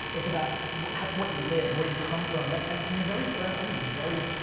it's about what what you live, where you come from. and um to be very frank, i'll be very,